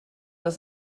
das